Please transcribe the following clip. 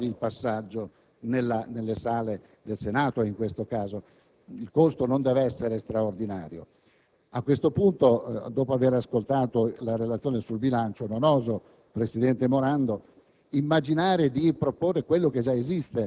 di valore simbolico, che ricordi il passaggio nelle sale del Senato. Il costo non dovrebbe essere straordinario. Dopo aver ascoltato la relazione sul bilancio non oso, presidente Morando,